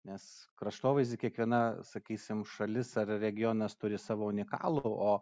nes kraštovaizdį kiekviena sakysim šalis ar regionas turi savo unikalų o